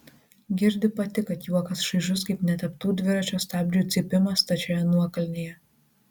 girdi pati kad juokas šaižus kaip neteptų dviračio stabdžių cypimas stačioje nuokalnėje